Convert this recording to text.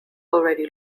already